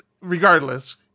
Regardless